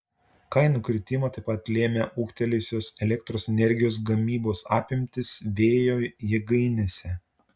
kainų kritimą taip pat lėmė ūgtelėjusios elektros energijos gamybos apimtys vėjo jėgainėse